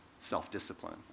self-discipline